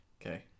Okay